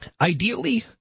ideally